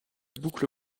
boucle